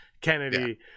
Kennedy